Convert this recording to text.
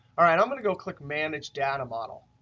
all right i'm going to go click manage data model.